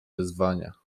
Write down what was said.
wyzwania